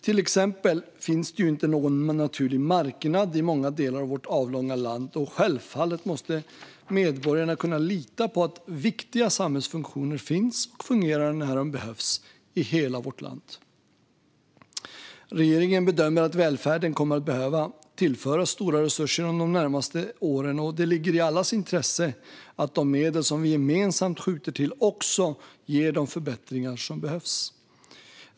Till exempel finns det inte en naturlig "marknad" i många delar av vårt avlånga land, och självfallet måste medborgarna kunna lita på att viktiga samhällsfunktioner finns och fungerar när de behövs, i hela landet. Regeringen bedömer att välfärden kommer att behöva tillföras stora resurser under de närmaste åren, och det ligger i allas intresse att de medel som vi gemensamt skjuter till också ger de förbättringar som behövs.